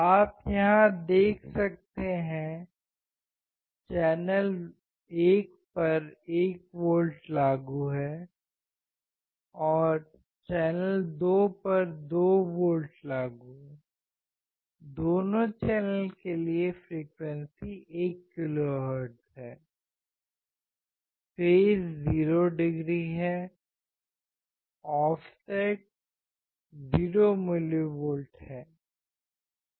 आप यहां देख सकते हैं चैनल 1 पर 1 वोल्ट लागू चैनल 2 पर 2 वोल्ट लागू दोनों चैनल के लिए 1 kHz फ्रीक्वेंसी फेज़ 0 डिग्री है ऑफसेट 0 मिलीवोल्ट है